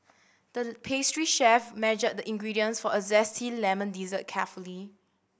the pastry chef measured the ingredients for a zesty lemon dessert carefully